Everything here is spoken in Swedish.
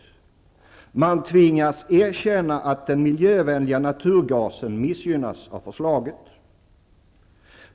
Man tvingas erkänna att den miljövänliga naturgasen missgynnas av förslaget.